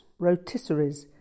rotisseries